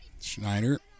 Schneider